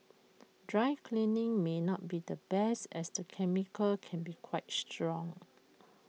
dry cleaning may not be the best as the chemicals can be quite strong